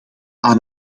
aan